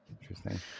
interesting